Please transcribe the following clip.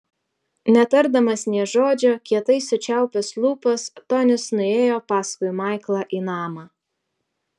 netardamas nė žodžio kietai sučiaupęs lūpas tonis nuėjo paskui maiklą į namą